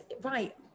right